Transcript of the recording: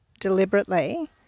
deliberately